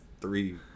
three